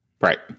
Right